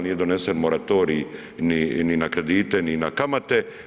Nije donesen moratorij ni na kredite, ni na kamate.